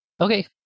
Okay